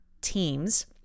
teams